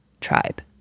tribe